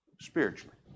spiritually